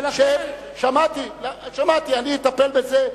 שמעתי, אני אטפל בזה.